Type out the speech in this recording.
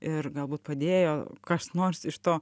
ir galbūt padėjo kas nors iš to